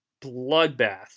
bloodbath